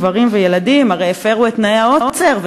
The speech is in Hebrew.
גברים וילדים הרי הפרו את תנאי העוצר,